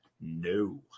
no